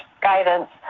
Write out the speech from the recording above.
guidance